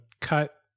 cut